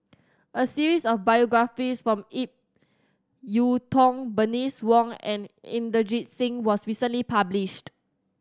a series of biographies from Ip Yiu Tung Bernice Wong and Inderjit Singh was recently published